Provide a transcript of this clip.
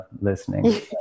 listening